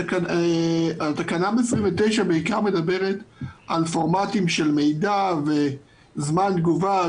תקנה 29 מדברת בעיקר על פורמטים של מידע וזמן תגובה,